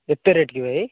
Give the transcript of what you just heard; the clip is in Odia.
କେତେ ରେଟ୍ କି ଭାଇ